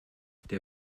der